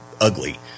ugly